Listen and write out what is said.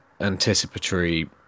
anticipatory